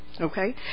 Okay